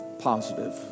positive